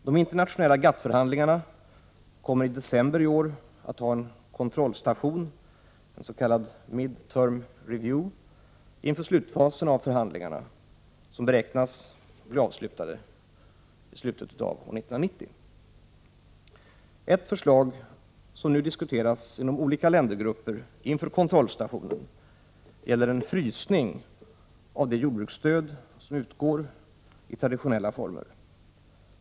De internationella GATT-förhandlingarna kommer i december i år att ha en kontrollstation, en s.k. Mid-term Review, inför slutfasen av förhandlingarna, som beräknas bli avslutade i slutet av 1990. Ett förslag som nu diskuteras inom olika ländergrupper inför kontrollstationen är en frysning av det jordbruksstöd som utgår i traditionella former.